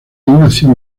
nació